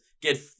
get